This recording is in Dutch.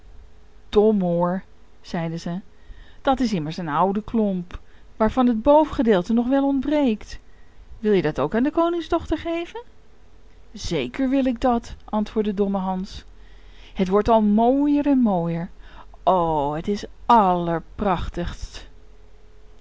domoor zeiden zij dat is immers een oude klomp waarvan het bovengedeelte nog wel ontbreekt wil je dat ook aan de koningsdochter geven zeker wil ik dat antwoordde domme hans het wordt al mooier en mooier o het is